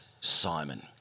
Simon